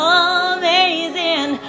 amazing